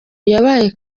yabaye